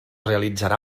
realitzarà